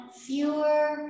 fewer